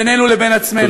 בינינו לבין עצמנו.